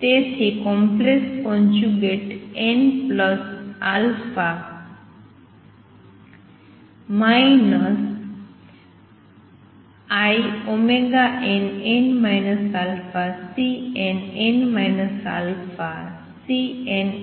તેથી complex conjugate n plus inn α Cnn α